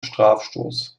strafstoß